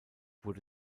wurde